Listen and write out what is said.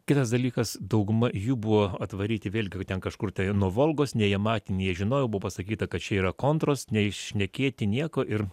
kitas dalykas dauguma jų buvo atvaryti vėlgi ten kažkur tai nuo volgos nei jie matė nei jie žinojo buvo pasakyta kad čia yra kontūras nei šnekėti nieko ir